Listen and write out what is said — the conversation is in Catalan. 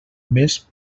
mes